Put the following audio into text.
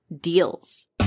deals